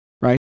Right